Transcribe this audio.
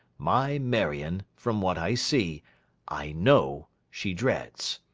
my marion, from what i see i know she dreads,